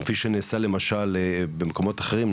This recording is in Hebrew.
כפי שנעשה למשל במקומות אחרים,